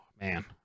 man